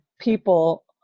people